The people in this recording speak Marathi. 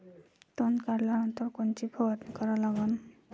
तन काढल्यानंतर कोनची फवारणी करा लागन?